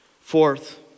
Fourth